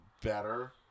better